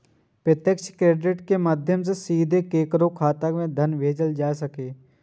प्रत्यक्ष क्रेडिट के माध्यम सं सीधे केकरो खाता मे धन भेजल जा सकैए